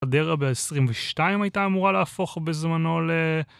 חדרה ב-22 הייתה אמורה להפוך בזמנו ל...